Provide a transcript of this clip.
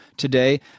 today